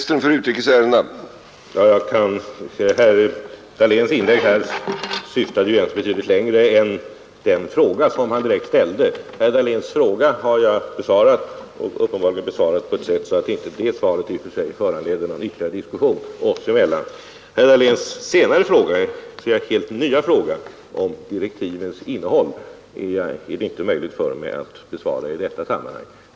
Herr talman! Herr Dahléns inlägg syftade i och för sig längre än den fråga som han tidigare ställt. Och jag har besvarat den frågan på sådant sätt att svaret inte föranleder någon ytterligare diskussion oss emellan. Herr Dahléns senare och helt nya frågor om direktivens innehåll är det inte möjligt för mig att besvara i detta sammanhang.